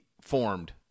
formed